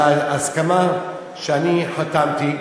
על ההסכמה שאני חתמתי.